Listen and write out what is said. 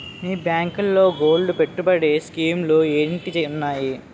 మీ బ్యాంకులో గోల్డ్ పెట్టుబడి స్కీం లు ఏంటి వున్నాయి?